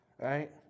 right